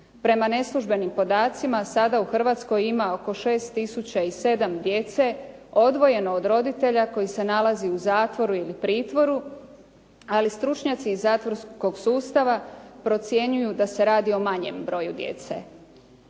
Prema neslužbenim podacima sada u Hrvatskoj ima oko 6 tisuća i 7 djece odvojeno od roditelja koji se nalazi u zatvoru ili pritvoru ali stručnjaci zatvorskog sustava procjenjuju da se radi o manjem broju djece.